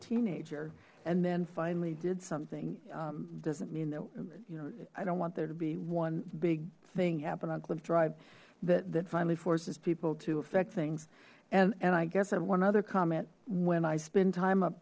teenager and then finally did something doesn't mean you know i don't want there to be one big thing happening on cliff drive that finally forces people to affect things and and i guess i've one other comment when i spend time up